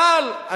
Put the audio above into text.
טל,